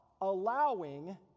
allowing